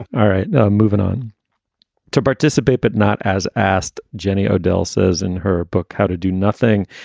all right moving on to participate, but not as asked. jenny o'dell says in her book how to do nothing.